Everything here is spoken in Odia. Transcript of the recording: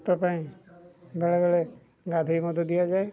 ତା ପାଇଁ ବେଳେବେଳେ ଗାଧୋଇ ମଧ୍ୟ ଦିଆଯାଏ